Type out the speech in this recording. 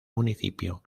municipio